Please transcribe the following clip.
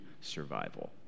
survival